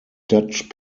dutch